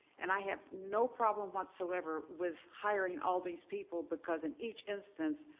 and i have no problem whatsoever with hiring all these people because in each incidence,